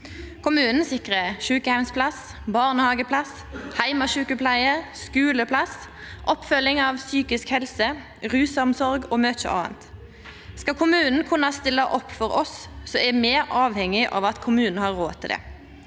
Kommunen sikrar sjukeheimsplass, barnehageplass, heimesjukepleie, skuleplass, oppfølging av psykisk helse, rusomsorg og mykje anna. Skal kommunen kunna stilla opp for oss, er me avhengige av at kommunen har råd til det.